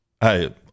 Hey